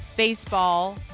Baseball